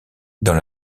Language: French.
dans